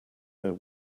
know